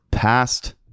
past